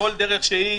בכל דרך שהיא.